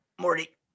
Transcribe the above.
morty